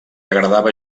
agradava